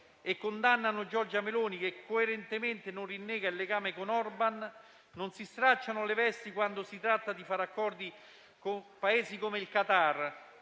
e condannano Giorgia Meloni che coerentemente non rinnega il legame con Orbán, non si stracciano le vesti quando si tratta di fare accordi con Paesi come il Qatar,